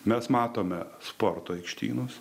mes matome sporto aikštynus